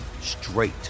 straight